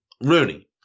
Rooney